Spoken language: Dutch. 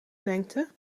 lengte